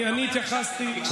אני התייחסתי,